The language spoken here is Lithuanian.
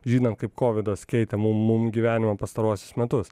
žinant kaip kovidas keitė mum mum gyvenimą pastaruosius metus